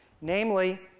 Namely